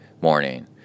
morning